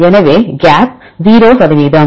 எனவே கேப் 0 சதவீதம்